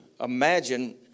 Imagine